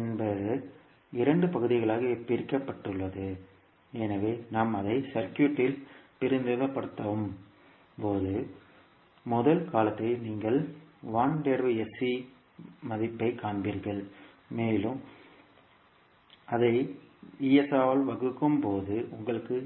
என்பது இரண்டு பகுதிகளாகப் பிரிக்கப்பட்டுள்ளது எனவே நாம் அதை சர்க்யூட்த்தில் பிரதிநிதித்துவப்படுத்தும் போது முதல் காலத்தை நீங்கள் 1 upon Sc மதிப்பைக் காண்பீர்கள் மேலும் by ஆல் வகுக்கும்போது உங்களுக்கு